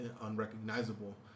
unrecognizable